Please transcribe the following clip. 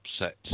upset